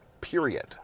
Period